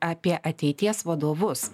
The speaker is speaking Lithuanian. apie ateities vadovus